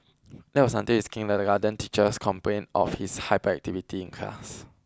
that was until his kindergarten teachers complained of his hyperactivity in class